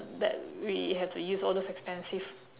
that we have to use all those expensive